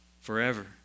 forever